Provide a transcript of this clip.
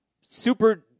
Super